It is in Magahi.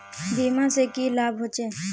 बीमा से की लाभ होचे?